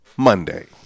Monday